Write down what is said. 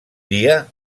dia